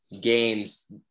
games